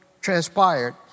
transpired